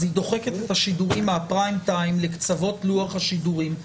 והיא דוחקת את השידורים מהפריים-טיים לקצוות לוח השידורים.